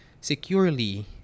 securely